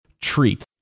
treat